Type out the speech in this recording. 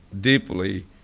deeply